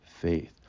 faith